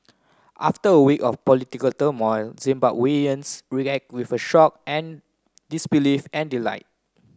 after a week of political turmoil Zimbabweans with shock and disbelief and delight